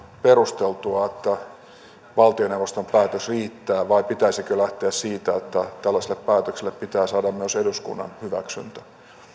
perusteltua että valtioneuvoston päätös riittää vai pitäisikö lähteä siitä että tällaisille päätöksille pitää saada myös eduskunnan hyväksyntä